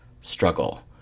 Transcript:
struggle